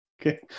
Okay